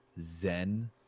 Zen